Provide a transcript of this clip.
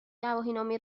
گواهینامه